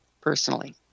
personally